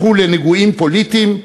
הפכו לנגועים פוליטית,